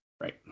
Right